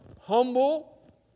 humble